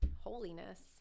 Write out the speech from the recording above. holiness